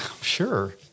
Sure